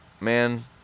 Man